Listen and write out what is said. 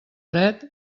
dret